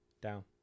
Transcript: down